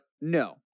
no